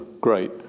great